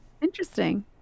Interesting